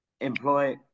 employ